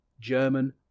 German